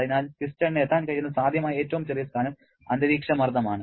അതിനാൽ പിസ്റ്റണിന് എത്താൻ കഴിയുന്ന സാധ്യമായ ഏറ്റവും ചെറിയ സ്ഥാനം അന്തരീക്ഷമർദ്ദമാണ്